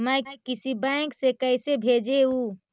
मैं किसी बैंक से कैसे भेजेऊ